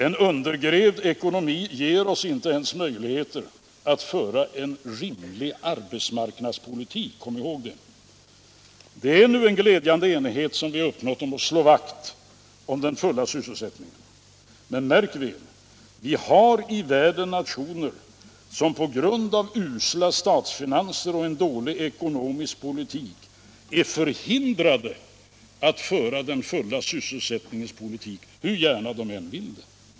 En undergrävd ekonomi ger oss inte ens möjligheter att föra en rimlig arbetsmarknadspolitik, kom ihåg det! Det är en glädjande enighet vi har uppnått om att slå vakt om den fulla sysselsättningen, men märk väl: vi har i världen nationer som på grund av usla statsfinanser och en dålig ekonomisk politik är förhindrade att föra den fulla sysselsättningens politik, hur gärna de än vill.